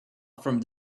from